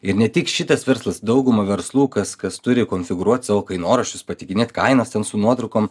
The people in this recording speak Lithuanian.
ir ne tik šitas verslas dauguma verslų kas kas turi konfigūruot savo kainoraščius pateikinėt kainas ten su nuotraukom